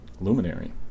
luminary